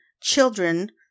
children